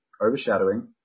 overshadowing